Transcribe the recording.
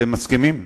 אתם מסכימים?